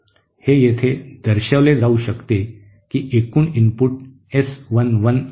हे येथे दर्शविले जाऊ शकते की एकूण इनपुट एस 1 1 आहे